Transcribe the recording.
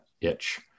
itch